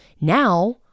Now